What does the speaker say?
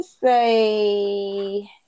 say